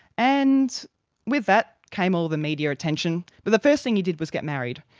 and with that came all the media attention, but the first thing he did was get married.